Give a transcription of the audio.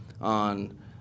on